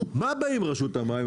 מה אומרים רשות המים?